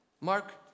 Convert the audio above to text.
Mark